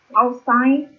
outside